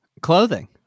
Clothing